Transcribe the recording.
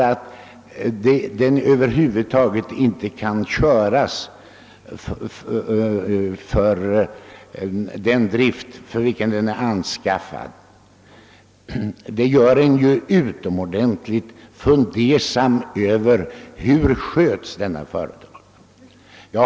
Maskinanläggningen kan över huvud taget inte köras för den drift som den är anskaffad för. Är det underligt att man blir fundersam över hur företaget sköts?